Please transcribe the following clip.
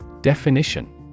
Definition